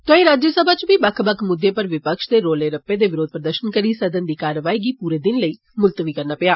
तोआई राज्यसभा च बी बक्ख बक्ख मुद्दे उप्पर विपक्ष दे रौले रप्पे ते बिरोध प्रदर्षने करी सदन दी कारवाई गी पूरे दिनें लेई मुल्तवी करना पेआ